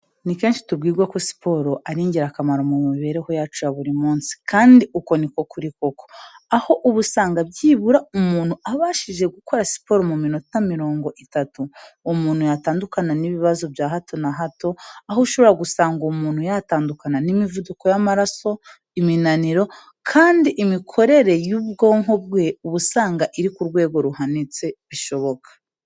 Ni kenshi tubwirwa ko siporo ari ingirakamaro mu mibereho yacu ya buri munsi kandi uko niko kuri koko. Aho uba usanga byibura umuntu abashije gukora siporo mu minota mirongo itatu umuntu yatandukana n'ibibazo bya hato na hato, aho ushobora gusanga umuntu yatandukana n'imivuduko y'amaraso iminaniro, kandi imikorere y'ubwonko bwe uba usanga iri ku rwego ruhanitse bishoboka.